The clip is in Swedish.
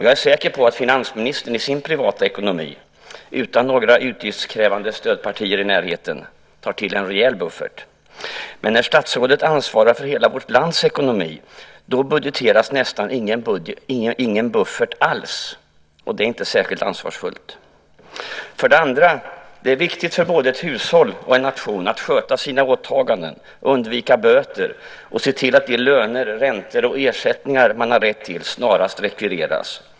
Jag är säker på att finansministern i sin privata ekonomi, utan några utgiftskrävande stödpartier i närheten, tar till en rejäl buffert. Men när statsrådet ansvarar för hela vårt lands ekonomi då budgeteras nästan ingen buffert alls, och det är inte särskilt ansvarsfullt. För det andra: Det är viktigt för både ett hushåll och en nation att sköta sina åtaganden, undvika böter och se till att de löner, räntor och ersättningar som man har rätt till snarast rekvireras.